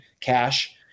cash